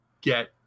get